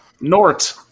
Nort